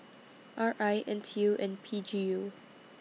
R I N T U and P G U